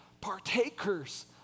Partakers